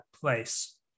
place